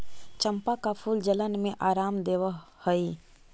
चंपा का फूल जलन में आराम देवअ हई